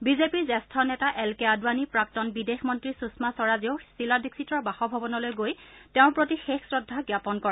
বিজেপিৰ জ্যেষ্ঠ নেতা এল কে আদৱানি প্ৰাক্তন বিদেশ মন্ত্ৰী সুষমা স্বৰাজেও শীলা দীক্ষিতৰ বাসভৱনলৈ গৈ তেওঁৰ প্ৰতি শেষ শ্ৰদ্ধা জ্ঞাপন কৰে